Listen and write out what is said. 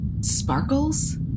Sparkles